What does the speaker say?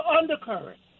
undercurrent